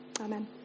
Amen